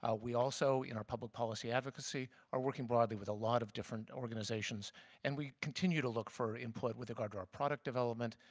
we also in our public policy advocacy are working broadly with a lot of different organizations and we continue to look for input with regard to our product development,